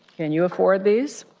can you afford these?